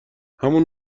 همون